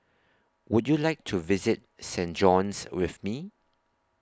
Would YOU like to visit Saint John's with Me